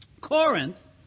Corinth